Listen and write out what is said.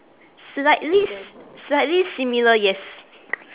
slightly s~ slightly similar yes